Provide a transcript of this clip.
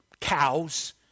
cows